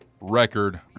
record